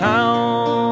Town